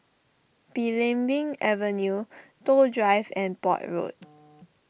Belimbing Avenue Toh Drive and Port Road